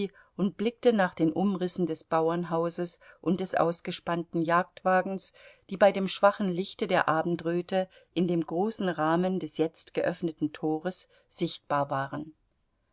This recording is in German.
und blickte nach den umrissen des bauernhauses und des ausgespannten jagdwagens die bei dem schwachen lichte der abendröte in dem großen rahmen des jetzt geöffneten tores sichtbar waren